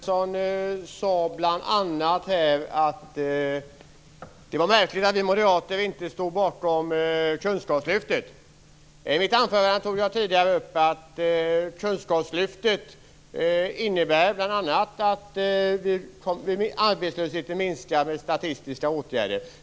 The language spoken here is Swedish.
Fru talman! Elving Andersson sade bl.a. att det var märkligt att vi moderater inte stod bakom kunskapslyftet. I mitt anförande tog jag upp att kunskapslyftet bl.a. innebär att arbetslösheten minskar genom statistiska åtgärder.